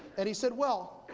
and he said, well,